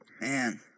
Man